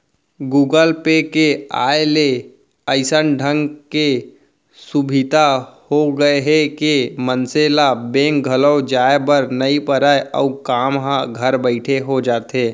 Google pay के आय ले अइसन ढंग के सुभीता हो गए हे के मनसे ल बेंक घलौ जाए बर नइ परय अउ काम ह घर बइठे हो जाथे